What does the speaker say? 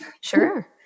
Sure